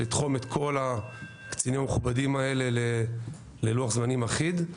לתחום את כל הקצינים המכובדים האלה ללוח זמנים אחיד,